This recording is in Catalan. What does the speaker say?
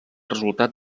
resultat